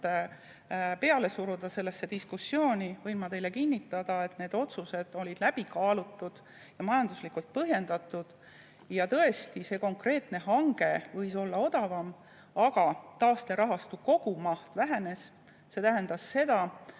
agendat suruda sellesse diskussiooni, võin ma teile kinnitada, et need otsused olid läbi kaalutud ja majanduslikult põhjendatud. Ja tõesti, see konkreetne hange võis olla odavam, aga taasterahastu kogumaht vähenes. See tähendas seda,